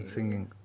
Singing